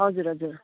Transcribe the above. हजुर हजुर